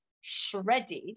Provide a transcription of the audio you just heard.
shredded